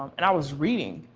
and i was reading,